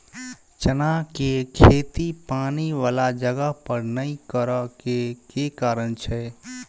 चना केँ खेती पानि वला जगह पर नै करऽ केँ के कारण छै?